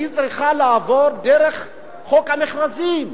היא צריכה לעבור דרך חוק המכרזים,